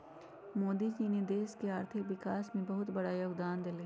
मोदी जी ने देश के आर्थिक विकास में बहुत बड़ा योगदान देलय